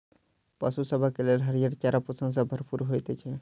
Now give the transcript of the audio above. पशु सभक लेल हरियर चारा पोषण सॅ भरपूर होइत छै